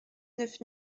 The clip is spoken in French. neuf